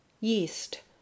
Yeast